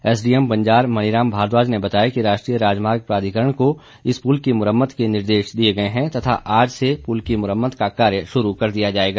SDM Banjar Maniram Bhardwaj ने बताया कि राष्ट्रीय राजमार्ग प्राधिकरण को इस पुल की मरम्मत के निर्देश दिए गए हैं तथा आज से प्रल की मरम्मत का कार्य शुरू कर दिया जाएगा